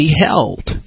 beheld